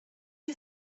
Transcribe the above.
you